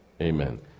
Amen